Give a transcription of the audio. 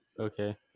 Okay